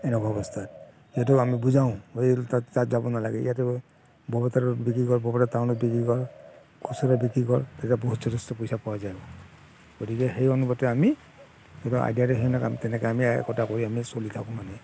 এনেকুৱা অৱস্থাত সিহঁতক আমি বুজাওঁ ব'ল তাত তাত যাব নালাগে ইয়াতো বহুতৰো বিক্ৰী কৰিব পাৰা টাউনত বিক্ৰী কৰ খুচুৰা বিক্ৰী কৰ তাতে বহুত যথেষ্ট পইচা পোৱা যায় গতিকে সেই অনুপাতে আমি এইটো আইডিয়াৰে সেনেকৈ তেনেকৈ আমি একতাকৈ আমি চলি থাকোঁ মানে